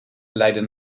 leiden